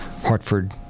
hartford